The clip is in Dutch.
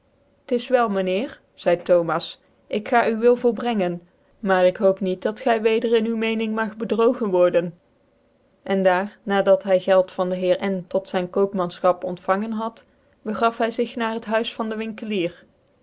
t is wel myn heer zcide thomas ik ga u wil volbrengen maar ik hoop niet dat gy weder in u mecning mag bedrogen worden cn daar na dat hy geld van de heer n tot zyn koopmanfchap ontvangen had begaf hy zig na het huis van den winkelier